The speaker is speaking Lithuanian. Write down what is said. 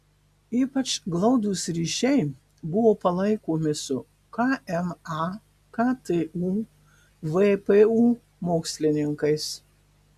ypač glaudūs ryšiai buvo palaikomi su kma ktu vpu mokslininkais